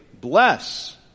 bless